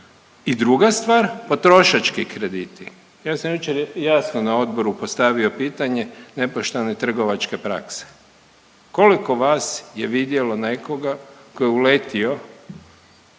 I druga stvar potrošački krediti. Ja sam jučer jasno na Odboru postavio pitanje nepoštene trgovačke prakse. Koliko vas je vidjelo nekoga tko je uletio